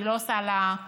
אני לא עושה לה אאוטינג,